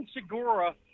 Segura